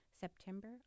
September